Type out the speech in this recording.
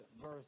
verse